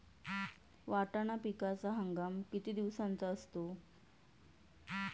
वाटाणा पिकाचा हंगाम किती दिवसांचा असतो?